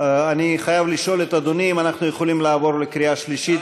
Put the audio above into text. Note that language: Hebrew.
אני חייב לשאול את אדוני אם אנחנו יכולים לעבור לקריאה שלישית,